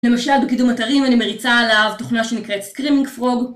למשל בקידום אתרים אני מריצה עליו תוכנה שנקראת Screaming Frog